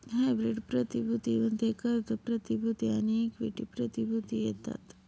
hybrid प्रतिभूती मध्ये कर्ज प्रतिभूती आणि इक्विटी प्रतिभूती येतात